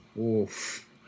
Oof